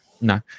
no